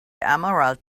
emerald